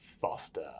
Foster